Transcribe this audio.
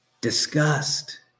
disgust